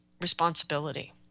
responsibility